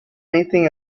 anything